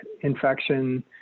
infection